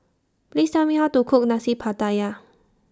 Please Tell Me How to Cook Nasi Pattaya